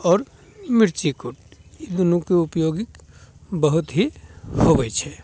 आओर मिर्ची कूट ई दुनूके उपयोग बहुत ही होबैत छै